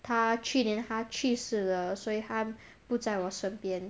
她去年她去世了所以她不在我身边